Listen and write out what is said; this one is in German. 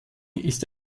ist